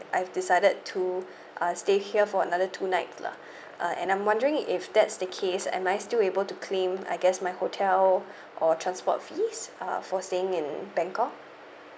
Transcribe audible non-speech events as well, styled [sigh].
I've decided to [breath] uh stay here for another two nights lah [breath] uh and I'm wondering if that's the case am I still able to claim I guess my hotel [breath] or transport fees uh for staying in bangkok